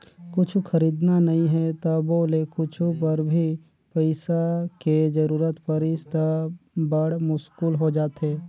कुछु खरीदना नइ हे तभो ले कुछु बर भी पइसा के जरूरत परिस त बड़ मुस्कुल हो जाथे